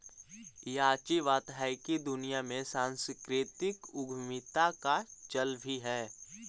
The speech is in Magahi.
याची बात हैकी दुनिया में सांस्कृतिक उद्यमीता का चल भी है